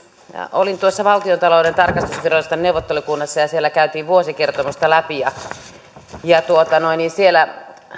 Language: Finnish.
olin tuossa valtiontalouden tarkastusviraston neuvottelukunnassa ja siellä käytiin vuosikertomusta läpi ja siellä